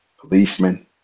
Policemen